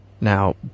Now